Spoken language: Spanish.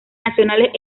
nacionales